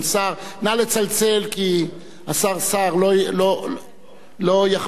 נא לצלצל כי השר סער לא יכביר מלים.